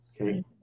Okay